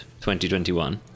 2021